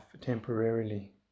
temporarily